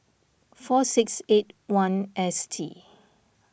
four six eighty one S T